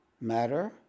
matter